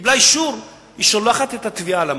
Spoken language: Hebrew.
קיבלה אישור, היא שולחת את הטביעה למאגר.